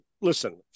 listen